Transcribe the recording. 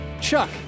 Chuck